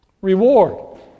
reward